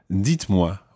dites-moi